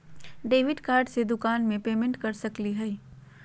Debit card से दुकान में पेमेंट कर सकली हई?